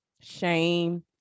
shame